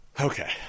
okay